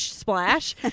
splash